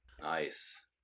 Nice